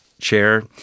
chair